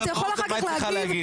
תה יכול להגיב אחר כך.